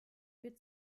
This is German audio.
wird